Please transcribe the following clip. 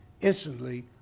instantly